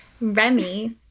Remy